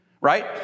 right